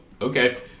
Okay